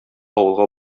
авылга